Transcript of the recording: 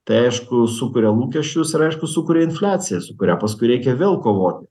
tai aišku sukuria lūkesčius ir aišku sukuria infliaciją su kuria paskui reikia vėl kovoti